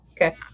Okay